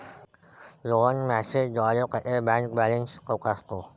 रोहन मेसेजद्वारे त्याची bank balance तपासतो